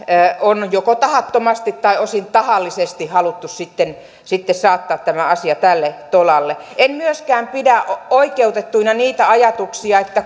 on joko tahattomasti tai osin tahallisesti haluttu saattaa asia tälle tolalle en myöskään pidä oikeutettuina niitä ajatuksia